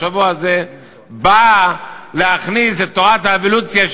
בשבוע הזה בא להכניס את תורת האבולוציה,